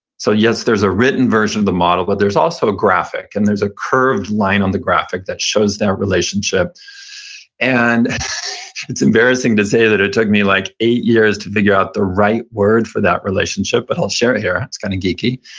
so yes, there's a written version of the model, but there's also a graphic. and there's a curved line on the graphic that shows that relationship and it's embarrassing to say that it took me like eight years to figure out the right word for that relationship, but i'll share it here. it's kind of geeky.